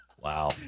Wow